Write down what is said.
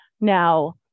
now